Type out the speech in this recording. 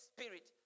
Spirit